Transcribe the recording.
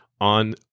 on